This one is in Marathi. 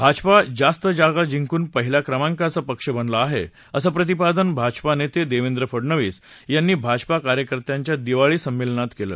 भाजपा जास्त जागा जिंकून पहिल्या क्रमांकाचा पक्ष बनला आहे असं प्रतिपादन भाजपा नेते देवेंद्र फडणवीस यांनी भाजपा कार्यकर्त्यांच्या दिवाळी संमेलनात केलं